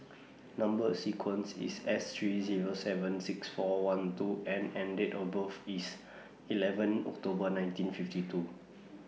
Number sequence IS S three Zero seven six four one two N and Date of birth IS eleven October nineteen fifty two